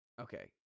Okay